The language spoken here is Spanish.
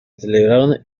celebraron